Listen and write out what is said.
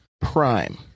Prime